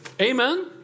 Amen